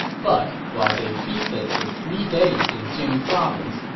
but while they feasted for three days in jing province,